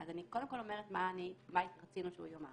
אני קודם כל אומרת מה רצינו שהוא יאמר.